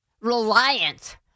reliant